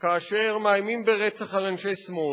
כאשר מאיימים ברצח על אנשי שמאל,